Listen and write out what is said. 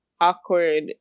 awkward